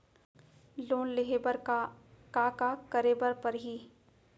Loan लेहे बर का का का करे बर परहि?